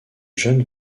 jeune